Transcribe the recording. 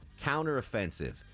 counteroffensive